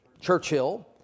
Churchill